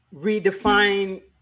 redefine